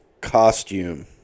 Costume